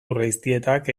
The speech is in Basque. urreiztietak